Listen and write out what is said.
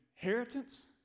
inheritance